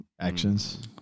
Actions